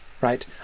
right